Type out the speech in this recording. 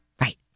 Right